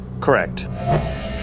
Correct